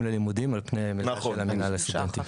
ללימודים" על פני --- של מינהל הסטודנטים,